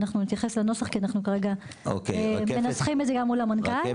ואנחנו נתייחס לנוסח כי אנחנו כרגע מנסחים את זה גם מול המנכ"ל.